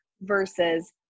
versus